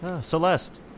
Celeste